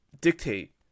dictate